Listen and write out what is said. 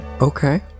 Okay